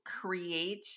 create